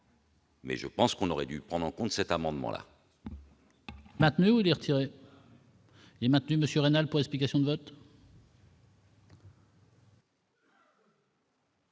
mais je pense que vous auriez dû prendre en compte cet amendement,